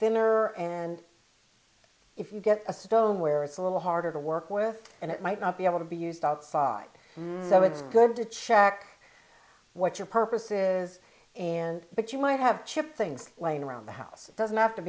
thinner and if you get a stone where it's a little harder to work with and it might not be able to be used outside so it's good to check what your purposes and but you might have chipped things laying around the house doesn't have to